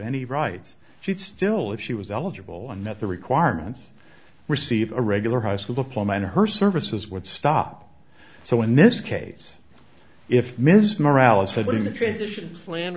any rights she'd still if she was eligible and met the requirements receive a regular high school diploma and her services would stop so in this case if miss morale is high when the transition pla